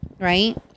right